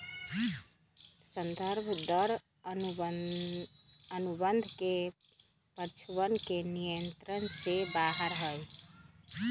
संदर्भ दर अनुबंध के पक्षवन के नियंत्रण से बाहर हई